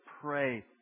pray